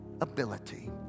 ability